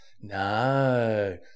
no